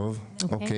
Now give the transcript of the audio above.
מציעה